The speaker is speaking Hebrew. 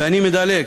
ואני מדלג: